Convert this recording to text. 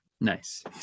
Nice